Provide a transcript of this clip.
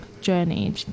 journey